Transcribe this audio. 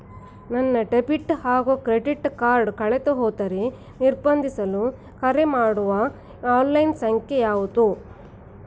ನನ್ನ ಡೆಬಿಟ್ ಹಾಗೂ credit card ಕಳೆದುಹೋದರೆ ನಿರ್ಬಂಧಿಸಲು ಕರೆಮಾಡುವ ಆನ್ಲೈನ್ ಸಂಖ್ಯೆಯಾವುದು?